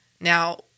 Now